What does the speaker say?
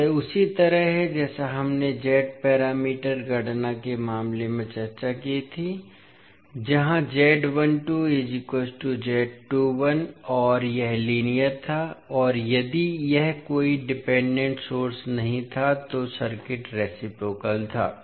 तो यह उसी तरह है जैसा हमने Z पैरामीटर गणना के मामले में चर्चा की थी जहां और यह लीनियर था और यदि यह कोई डिपेंडेंट सोर्स नहीं था तो सर्किट रेसिप्रोकल था